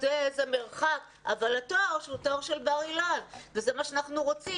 המרחק גדול אבל התואר הוא תואר של בר אילן וזה מה שרוצים.